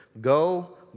Go